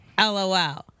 LOL